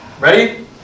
Ready